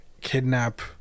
kidnap